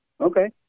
okay